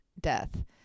death